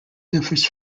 differs